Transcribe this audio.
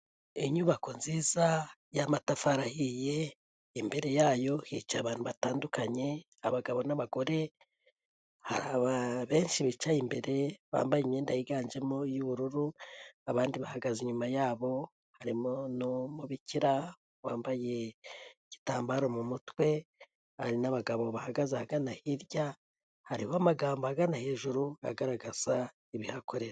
Inyubako nziza y'amatafari ahiye, imbere yayo hica abantu batandukanye, abagabo n'abagore, hari benshi bicaye imbere bambaye imyenda yiganjemo iy'ubururu, abandi bahagaze inyuma yabo harimo mubibikira wambaye igitambaro mu mutwe, hari n'abagabo bahagaze ahagana hirya, hari amagambo agana hejuru agaragaza ibihakore.